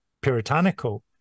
puritanical